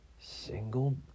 single